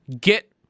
get